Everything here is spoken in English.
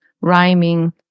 rhyming